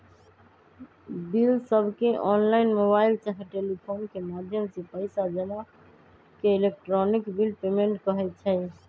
बिलसबके online, mobile चाहे telephone के माध्यम से पइसा जमा के इलेक्ट्रॉनिक बिल पेमेंट कहई छै